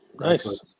nice